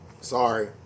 sorry